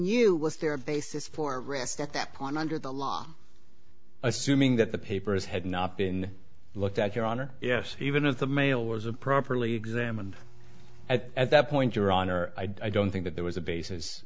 you was there a basis for rest at that point under the law assuming that the papers had not been looked at your honor yes even of the mail was a properly examined at at that point your honor i don't think that there was a